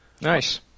Nice